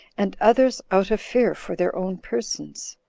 and others out of fear for their own persons.